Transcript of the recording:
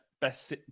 best